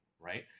right